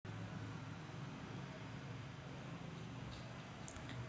भारत आणि अनेक देशांमध्ये इतर प्रकारचे कर आकारले जातात